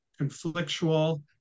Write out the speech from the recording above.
conflictual